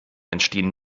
entstehen